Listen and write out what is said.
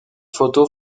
photo